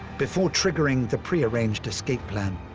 before triggering the pre-arranged escape plan,